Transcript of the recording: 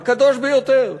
הקדוש ביותר.